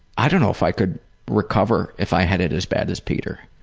i don't know if i could recover if i had it as bad as peter.